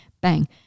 bang